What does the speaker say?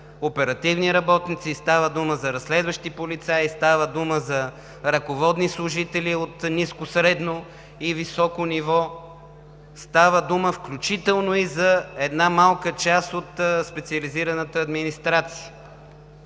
оперативни работници, става дума за разследващи полицаи, става дума за ръководни служители от ниско, средно и високо ниво. Става дума включително и за една малка част от специализираната администрация